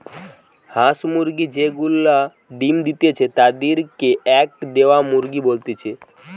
হাঁস মুরগি যে গুলা ডিম্ দিতেছে তাদির কে এগ দেওয়া মুরগি বলতিছে